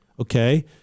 Okay